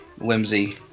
Whimsy